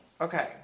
Okay